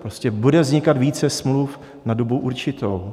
Prostě bude vznikat více smluv na dobu určitou.